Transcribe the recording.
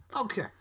Okay